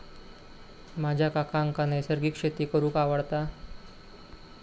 माझ्या काकांका नैसर्गिक शेती करूंक आवडता